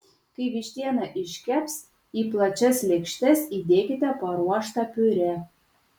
kai vištiena iškeps į plačias lėkštes įdėkite paruoštą piurė